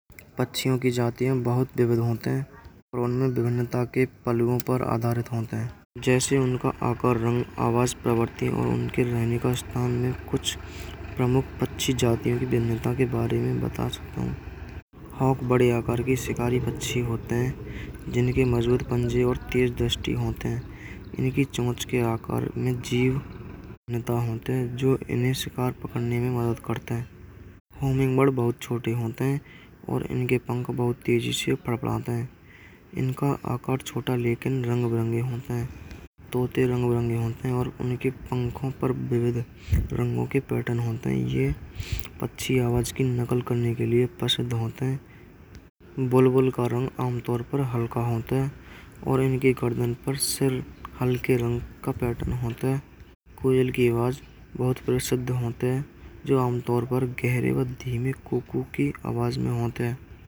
पक्षियों की जातियां बहुत विविध होती हैं। उनमें विविधता के पहलुओं पर आदर्श होते हैं। जैसे उनका आकार रंग आवाज़ प्रवृत्ति और उनके रहने का स्थान में कुछ प्रमुख पक्षी जातियां की विविधता के बारे में बता सकते हैं। हॉक बड़े आकार की शिकारी पक्षी होते हैं। जिनका मज़बूत पंजा और तेज़ दृष्टि होती है। इनकी चोंच के आकार में जीवंतता होती है। जो इन्हें शिकार पकड़ने में मदद करते हैं। होमिंग बर्ड बहुत छोटे होत हैं। और इनके पंख बहुत तेज़ी से फड़फड़ाते हैं। इनका आकार छोटा लेकिन रंग बिरंगे होते हैं। तोते रंग बिरंगे होते हैं। और इनके पंखों पर विविध रंगों के पैटर्न होते हैं। हाँ अच्छी आवाज़ की नकल करने के लिए प्रसिद्ध होते हैं। बुलबुल सामान्यतः हल्का होता है और इनके गर्दन पर सर हल्के रंग का पैटर्न होता है। कोयल की आवाज़ बहुत प्रसिद्ध होती है। जो सामान्यतः गहरे बद्दे में कू कू की आवाज़ में होती हैं।